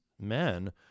men